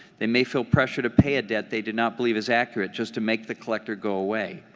they may feel pressure to pay a debt they do not believe is accurate, just to make the collector go away.